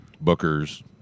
Booker's